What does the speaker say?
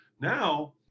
Now